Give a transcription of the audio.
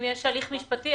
אם יש הליך משפטי,